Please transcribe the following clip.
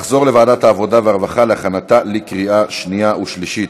התשע"ז 2017, בקריאה ראשונה.